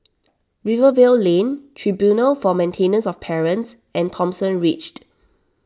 Rivervale Lane Tribunal for Maintenance of Parents and Thomson Ridge